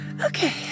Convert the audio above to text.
Okay